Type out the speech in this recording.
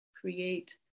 create